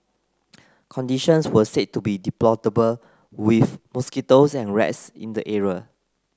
conditions were said to be deplorable with mosquitoes and rats in the area